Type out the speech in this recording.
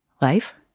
life